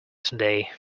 today